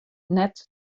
net